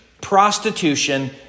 Prostitution